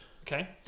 Okay